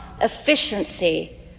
efficiency